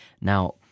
Now